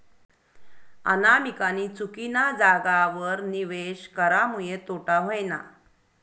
अनामिकानी चुकीना जागावर निवेश करामुये तोटा व्हयना